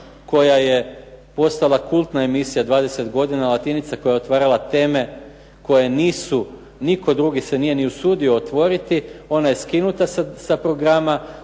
koja je postala kultna emisija 20 godina "Latinica" koja je otvarala teme koje nisu, nitko drugi se nije ni usudio otvoriti. Ona je skinuta sa programa